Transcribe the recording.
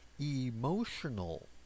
emotional